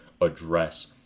address